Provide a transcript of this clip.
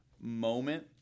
moment